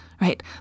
right